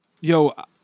Yo